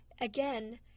Again